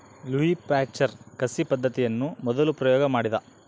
Louis Pasteur ಕಸಿ ಪದ್ದತಿಯನ್ನು ಮೊದಲು ಪ್ರಯೋಗ ಮಾಡಿದ